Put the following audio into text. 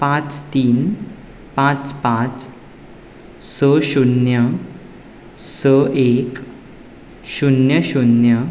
पांच तीन पांच पांच स शुन्य स एक शुन्य शुन्य